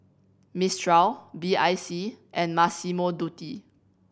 Mistral B I C and Massimo Dutti